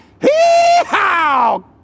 Hee-haw